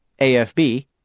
AFB